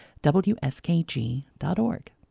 WSKG.org